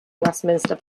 westminster